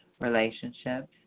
relationships